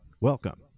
welcome